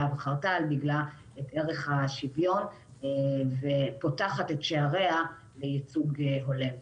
וחרטה על דגלה את ערך השוויון ופותחת את שעריה לייצוג הולם.